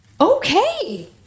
okay